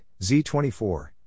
Z24